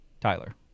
Tyler